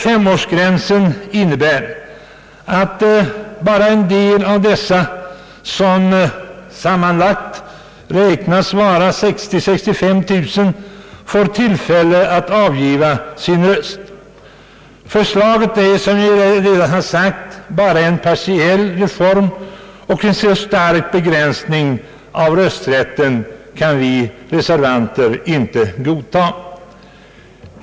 Femårsgränsen innebär att bara en del av utlandssvenskarna, som sammanlagt beräknas uppgå till 60 000—65 000, får tillfälle att avgiva sin röst. Förslaget är som jag redan sagt bara en partiell reform, och en så stark begränsning av rösträtten kan vi reservanter inte godta.